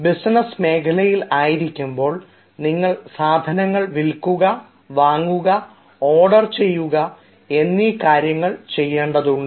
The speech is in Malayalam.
ബിസിനസ് മേഖലയിൽ ആയിരിക്കുമ്പോൾ നിങ്ങൾ സാധനങ്ങൾ വിൽക്കുക വാങ്ങുക ഓർഡർ ചെയ്യുന്ന എന്നീ കാര്യങ്ങൾ ചെയ്യേണ്ടതുണ്ട്